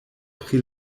pri